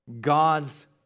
God's